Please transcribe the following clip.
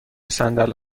صندل